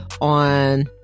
on